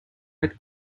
red